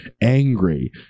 angry